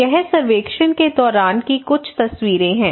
यह सर्वेक्षण के दौरान की कुछ तस्वीरें हैं